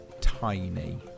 tiny